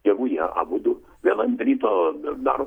jeigu jie abudu vėl ant ryto daro